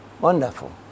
Wonderful